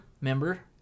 member